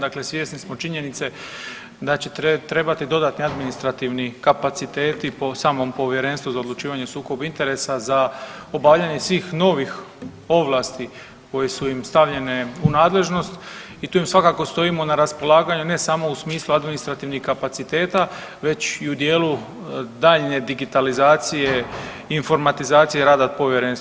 Dakle, svjesni smo činjenice da će trebati dodatni administrativni kapaciteti po samom Povjerenstvu za odlučivanje o sukobu interesa za obavljanje svih novih ovlasti koje su im stavljene u nadležnost i tu im svakako stojimo na raspolaganju ne samo u smislu administrativnih kapaciteta već i u dijelu daljnje digitalizacije i informatizacije rada povjerenstva.